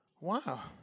Wow